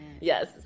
Yes